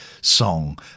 song